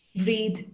Breathe